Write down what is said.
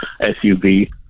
SUV